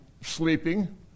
sleeping